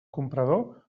comprador